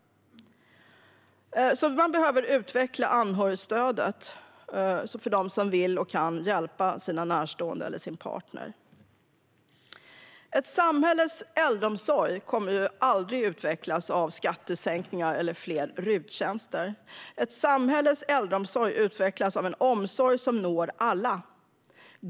Man behöver alltså utveckla anhörigstödet för dem som vill och kan hjälpa sina närstående eller sin partner. Ett samhälles äldreomsorg kommer aldrig att utvecklas av skattesänkningar eller fler RUT-tjänster. Ett samhälles äldreomsorg utvecklas av en omsorg som når alla.